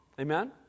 Amen